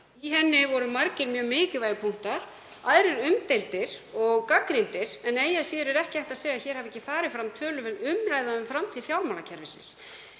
Í henni voru margir mjög mikilvægir punktar, aðrir umdeildir og gagnrýndir. Eigi að síður er ekki hægt að segja að hér hafi ekki farið fram töluverð umræða um framtíð fjármálakerfisins.